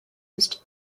used